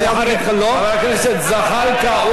חבר הכנסת זחאלקה,